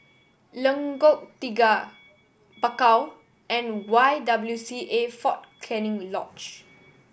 Lengkok Tiga Bakau and Y W C A Fort Canning Lodge